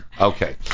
Okay